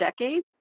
decades